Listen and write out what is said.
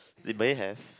they may have